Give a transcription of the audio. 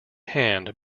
hand